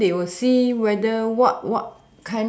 then they will see whether what what